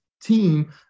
team